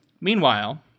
Meanwhile